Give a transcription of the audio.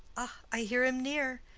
i hear him near.